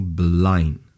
blind